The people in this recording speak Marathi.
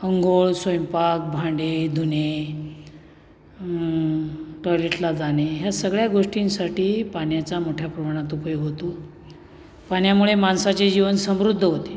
आंघोळ स्वयंपाक भांडे धुणे टॉयलेटला जाणे ह्या सगळ्या गोष्टींसाठी पाण्याचा मोठ्या प्रमाणात उपयोग होतो पाण्यामुळे माणसाचे जीवन समृद्ध होते